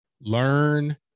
learn